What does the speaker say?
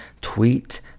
Tweet